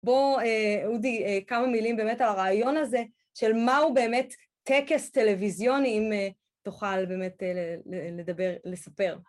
בוא, אודי, כמה מילים באמת על הרעיון הזה, של מה הוא באמת טקס טלוויזיוני, אם תוכל באמת לדבר, לספר.